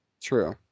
True